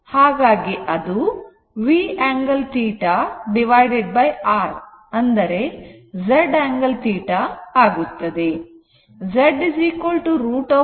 ಹಾಗಾಗಿ ಅದು V angle θ R ಅಂದರೆ Z angle θ ಆಗುತ್ತದೆ